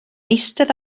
eistedd